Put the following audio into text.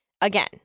Again